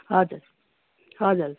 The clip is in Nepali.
हजुर हजुर